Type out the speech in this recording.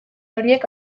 horiek